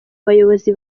bayobozi